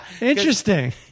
Interesting